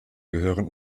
gehören